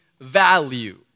value